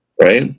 right